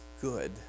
good